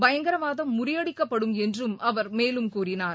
பயங்கரவாதம் முறிபடிக்கப்படும் என்றும் அவர் மேலும் கூறினார்